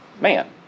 man